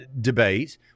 debate